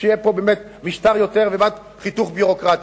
שיהיה פה באמת משטר יותר למען חיתוך ביורוקרטי.